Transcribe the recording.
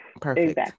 perfect